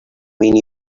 mean